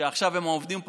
שעכשיו הם עובדים פחות,